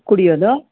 ಕುಡಿಯೋದು